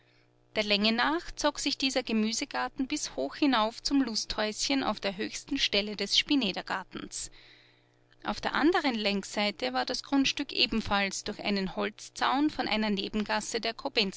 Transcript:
der länge nach zog sich dieser gemüsegarten bis hoch hinauf zum lusthäuschen auf der höchsten stelle des spinedergartens auf der anderen längsseite war das grundstück ebenfalls durch einen holzzaun von einer nebengasse der